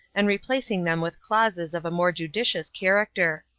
and replacing them with clauses of a more judicious character.